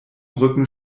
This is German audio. rücken